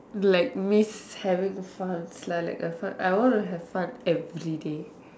like miss having funs lah like uh fun I want to have fun everyday